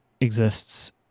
exists